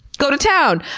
go to town.